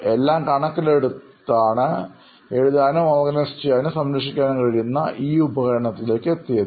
എല്ലാം കണക്കിലെടുത്താണ് എഴുതാനും ഓർഗനൈസ് ചെയ്യാനും സംരക്ഷിക്കാനും കഴിയുന്ന ഈ ഉപകരണത്തിലേക്ക് എത്തിയത്